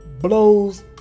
blows